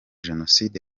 jenoside